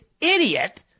idiot